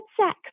sex